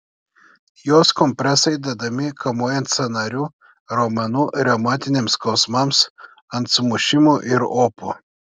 jos kompresai dedami kamuojant sąnarių raumenų reumatiniams skausmams ant sumušimų ir opų